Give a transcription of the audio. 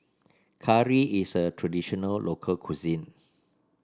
curry is a traditional local cuisine